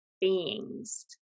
beings